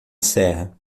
serra